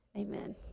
amen